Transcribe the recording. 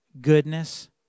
goodness